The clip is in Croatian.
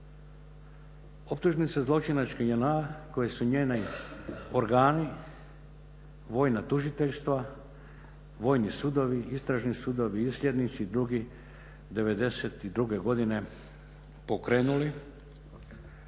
Optužnice zločinačke JNA koje su njeni organi, vojna tužiteljstva, vojni sudovi, istražni sudovi, … '92. godine pokrenuli,